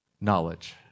knowledge